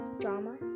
Drama